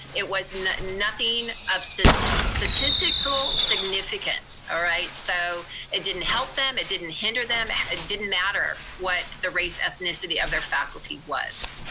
it was nothing of statistical statistical significance, all right? so it didn't help them, it didn't hinder them, it didn't matter what the race-ethnicity of their faculty was.